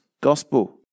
gospel